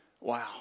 Wow